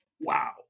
wow